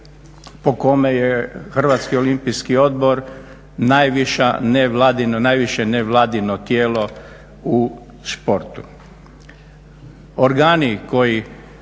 po kome je Hrvatski olimpijski odbor najviša nevladina, najviše nevladino tijelo u športu. Organi koji